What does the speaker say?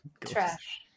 Trash